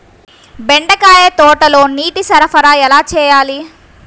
బెండకాయ తోటలో నీటి సరఫరా ఎలా చేయాలి?